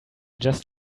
just